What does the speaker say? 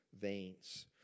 veins